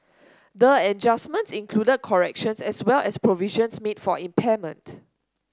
the adjustments included corrections as well as provisions made for impairment